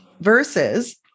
versus